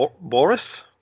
Boris